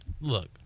look